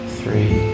three